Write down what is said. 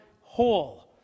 whole